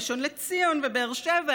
ראשון לציון ובאר שבע,